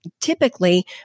typically